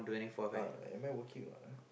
uh am I working not